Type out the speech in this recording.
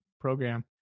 program